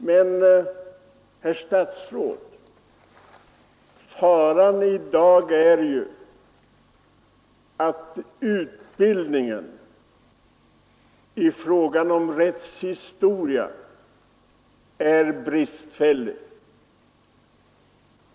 Men, herr statsråd, faran i dag är att utbildningen i rättshistoria är bristfällig.